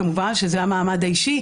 כמובן שכשזה המעמד האישי,